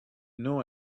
know